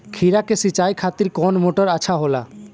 खीरा के सिचाई खातिर कौन मोटर अच्छा होला?